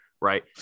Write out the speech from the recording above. right